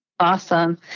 Awesome